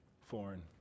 foreign